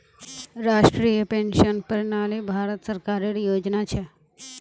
राष्ट्रीय पेंशन प्रणाली भारत सरकारेर योजना छ